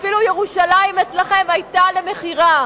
אפילו ירושלים אצלכם היתה למכירה.